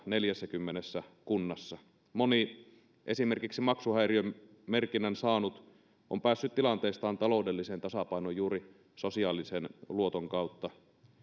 neljässäkymmenessä kunnassa moni esimerkiksi maksuhäiriömerkinnän saanut on päässyt tilanteestaan taloudelliseen tasapainoon juuri sosiaalisen luoton kautta